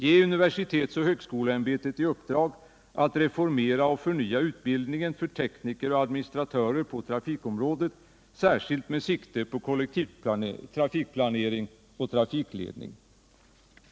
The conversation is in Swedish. Ge universitetsoch högskoleämbetet i uppdrag att reformera och förnya utbildningen för tekniker och administratörer på trafikområdet, särskilt med sikte på kollektivtrafikplanering och trafikledning.